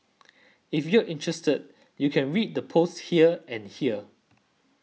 if you're interested you can read the posts here and here